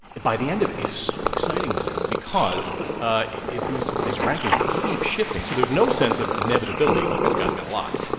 by the end of it, is so exciting, sam, because if these these rankings keep shifting. so there's no sense of inevitability, like this guy's going to lock.